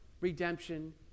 redemption